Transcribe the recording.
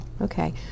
Okay